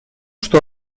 что